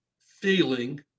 feeling